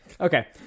Okay